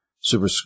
super